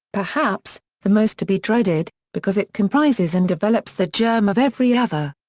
perhaps, the most to be dreaded, because it comprises and develops the germ of every other.